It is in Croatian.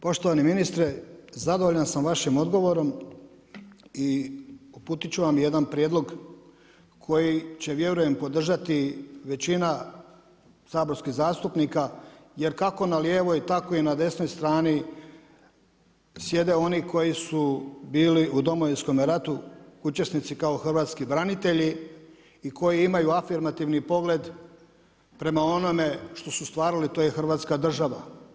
Poštovani ministre, zadovoljan sam vašim odgovorom i uputit ću vam jedna prijedlog koji će vjerujem podržati većina saborskih zastupnika jer kako na lijevoj tako i na desnoj strani, sjede oni koji su bili u Domovinskom ratu učesnici kao hrvatski branitelji i koji imaju afirmativni pogled prema onome što su stvarali a to je hrvatska država.